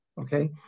okay